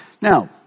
Now